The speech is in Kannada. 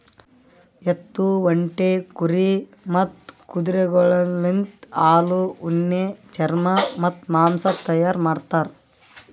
ಎತ್ತು, ಒಂಟಿ, ಕುರಿ ಮತ್ತ್ ಕುದುರೆಗೊಳಲಿಂತ್ ಹಾಲು, ಉಣ್ಣಿ, ಚರ್ಮ ಮತ್ತ್ ಮಾಂಸ ತೈಯಾರ್ ಮಾಡ್ತಾರ್